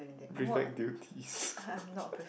prefect duties